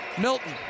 Milton